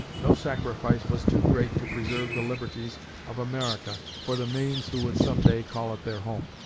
no sacrifice was too great to preserve the liberties of america for the millions who would some day call it their home.